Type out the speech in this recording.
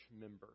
member